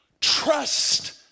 trust